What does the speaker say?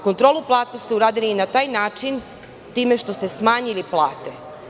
Kontrolu plata ste uradili i na taj način, time što ste smanjili plate.